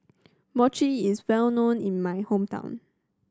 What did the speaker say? mochi is well known in my hometown